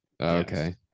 Okay